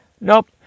Nope